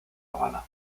habana